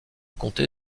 comté